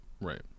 right